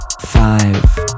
five